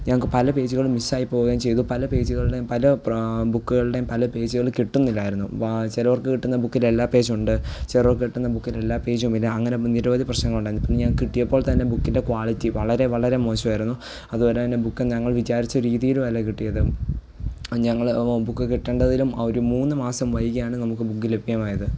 ഞങ്ങൾക്ക് പല പേജുകളും മിസ്സ് ആയി പോവുകയും ചെയ്തു പല പേജുകളിലെയും പല പ്ര ബുക്കുകളുടെയും പല പേജുകളും കിട്ടുന്നില്ലായിരുന്നു വാ ചിലർക്ക് കിട്ടുന്ന ബുക്കിൽ എല്ലാ പേജുമുണ്ട് ചിലർക്ക് കിട്ടുന്ന ബുക്കിൽ എല്ലാ പേജുമില്ല അങ്ങനെ നിരവധി പ്രശ്നങ്ങൾ ഉണ്ടായിരുന്നു പിന്നെ ഞങ്ങൾക്ക് കിട്ടിയപ്പോൾ തന്നെ ബുക്കിൻ്റെ ക്വാളിറ്റി വളരെ വളരെ മോശമായിരുന്നു അതുപോലെ തന്നെ ബുക്ക് ഞങ്ങൾ വിചാരിച്ച രീതിയിലും അല്ല കിട്ടിയത് ഞങ്ങൾ ബുക്ക് കിട്ടേണ്ടതിലും ഒരു മൂന്നുമാസം വൈകിയാണ് നമുക്ക് ബുക്ക് ലഭ്യമായത്